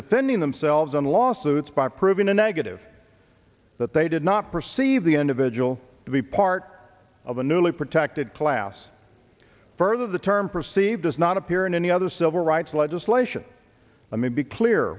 defending themselves in lawsuits by proving a negative that they did not perceive the individual to be part of a newly protected class further the term perceived does not appear in any other civil rights legislation let me be clear